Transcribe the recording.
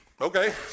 okay